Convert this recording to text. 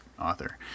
author